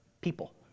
people